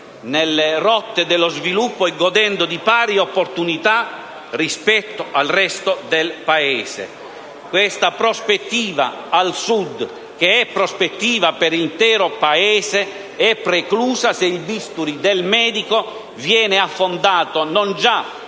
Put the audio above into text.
nelle rotte dello sviluppo e godendo di pari opportunità rispetto al resto del Paese. Questa prospettiva al Sud, che è prospettiva per l'intero Paese, è preclusa se il bisturi del medico viene affondato non già